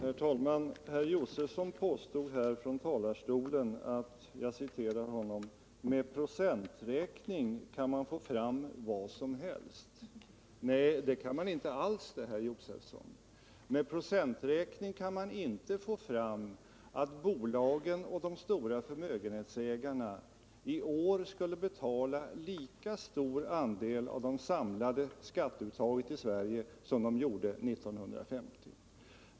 Herr talman! Herr Josefson påstod här i talarstolen att man med procenträkning kan få fram vad som helst. Nej, det kan man inte alls, herr Josefson! Med procenträkning kan man inte få fram att bolagen och de stora förmögenhetsägarna i år skulle betala lika stor andel av det samlade skatteuttaget i Sverige som de gjorde 1950.